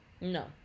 No